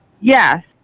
Yes